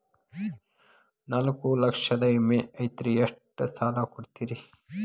ನಾಲ್ಕು ಲಕ್ಷದ ವಿಮೆ ಐತ್ರಿ ಎಷ್ಟ ಸಾಲ ಕೊಡ್ತೇರಿ?